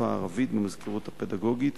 לשפה הערבית במזכירות הפדגוגית,